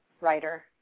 writer